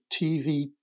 TV